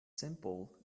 simple